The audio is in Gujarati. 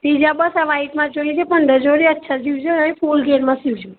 એ બસ આ વાઈટમાં જોઈએ છે પંદર જોડી અચ્છા સીવજો સાહેબ ફૂલ ગેરમાં સીવજો